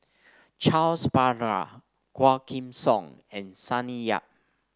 Charles Paglar Quah Kim Song and Sonny Yap